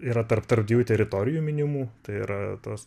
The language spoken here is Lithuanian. yra tarp tarp dviejų teritorijų minimų tai yra tos